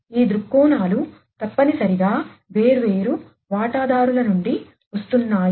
ఈ దృక్కోణాలు తప్పనిసరిగా వేర్వేరు వాటాదారుల నుండి వస్తున్నాయి